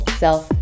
self